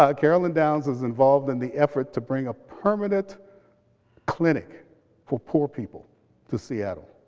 ah carolyn downs is involved in the effort to bring a permanent clinic for poor people to seattle.